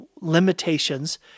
limitations